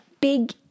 big